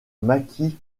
maquis